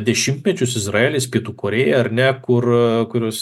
dešimtmečius izraelis pietų korėja ar ne kur kurios